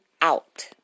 out